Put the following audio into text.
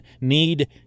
need